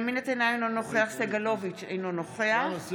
בנימין נתניהו, אינו נוכח יואב סגלוביץ' אינו נוכח